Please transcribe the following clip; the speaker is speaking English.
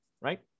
right